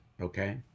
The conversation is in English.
Okay